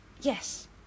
yes